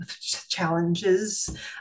challenges